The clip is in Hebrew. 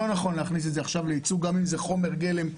לא נכון להכניס את זה עכשיו לייצוא גם אם זה חומר גלם,